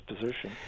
position